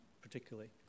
particularly